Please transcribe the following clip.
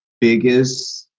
biggest